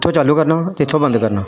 ਇੱਥੋਂ ਚਾਲੂ ਕਰਨਾ ਇੱਥੋਂ ਬੰਦ ਕਰਨਾ